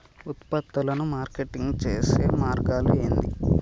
ఉత్పత్తులను మార్కెటింగ్ చేసే మార్గాలు ఏంది?